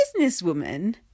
Businesswoman